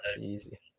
easy